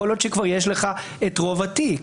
יכול להיות שכבר יש לך את רוב התיק,